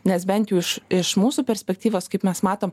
nes bent jau iš iš mūsų perspektyvos kaip mes mato